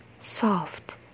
soft